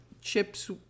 chips